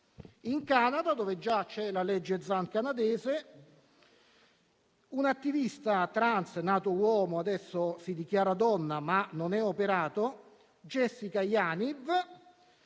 In Canada, dove già c'è la legge Zan canadese, un attivista trans, nato uomo che adesso si dichiara donna, ma non è operato, Jessica Yaniv,